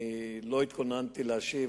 אני לא התכוננתי להשיב,